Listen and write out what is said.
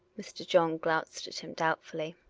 mr. john glanced at him doubtfully.